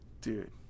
Dude